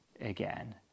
again